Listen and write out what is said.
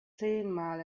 zehnmal